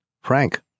Frank